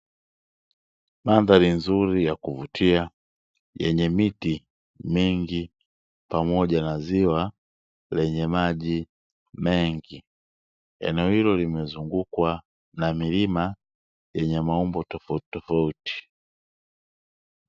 Mandhari nzuri ya kuvutia yenye miti mingi pamoja na ziwa lenye maji mengi. Eneo hilo limezungukwa na milima yenye maumbo tofautitofauti.